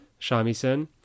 shamisen